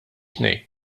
tnejn